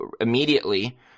immediately